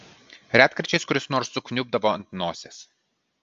retkarčiais kuris nors sukniubdavo ant nosies